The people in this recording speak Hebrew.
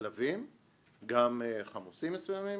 מעיריית תל אביב עד רשות פארק הירקון.